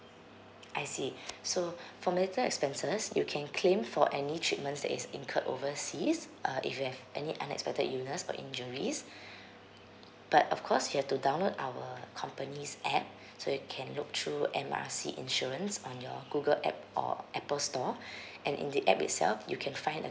I see so for medical expenses you can claim for any treatments that is incurred overseas uh if you have any unexpected illness or injuries but of course you have to download our company's app so you can look through M R C insurance on your google app or apple store and in the app itself you can find a